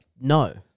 no